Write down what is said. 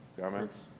Comments